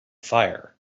fire